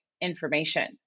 information